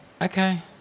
okay